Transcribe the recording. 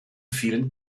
fehlen